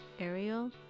Ariel